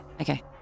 Okay